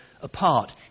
apart